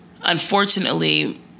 unfortunately